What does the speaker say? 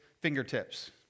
fingertips